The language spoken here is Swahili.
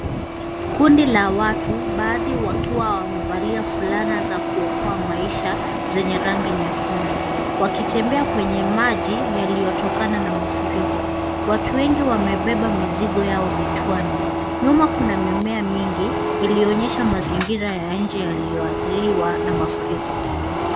Kundi la watu baadhi wakiwa wamevalia fulana za kuokoa maisha zenye rangi nyekundu wakitembea kwenye maji yaliyotokana na mafuriko. Watu wengi wamebeba mizigo yao vichwani. Nyuma kuna mimea mingi ilionyesha mazingira ya nje yalioathiriwa na mafuriko.